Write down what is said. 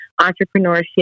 entrepreneurship